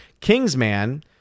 Kingsman